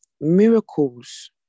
miracles